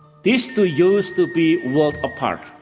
these two used to be worlds apart,